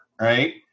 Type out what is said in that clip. right